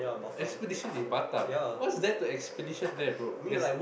expedition in Batam what's there to expedition there bro there's